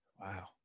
wow